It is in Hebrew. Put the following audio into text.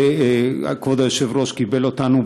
וכבוד היושב-ראש קיבל אותנו,